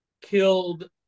killed